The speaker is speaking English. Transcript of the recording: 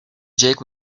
jake